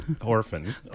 orphan